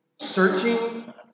searching